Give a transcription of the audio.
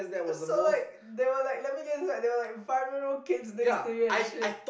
it's so like there were like let me guess inside there were like five year old kids next to you and shit